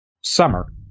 summer